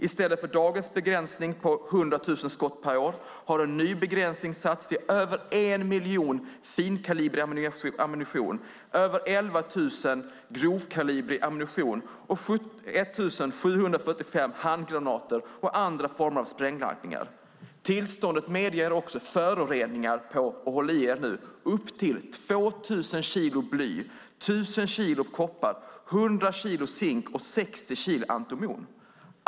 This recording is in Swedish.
I stället för dagens begränsning på 100 000 skott per år har en ny begränsning satts till över 1 miljon skott med finkalibrig ammunition, över 11 000 skott med grovkalibrig ammunition och 1 745 handgranater och andra former av sprängladdningar. Tillståndet medger också föroreningar på - håll i er nu - upp till 2 000 kilo bly, 1 000 kilo koppar, 100 kilo zink och 60 kilo antimon.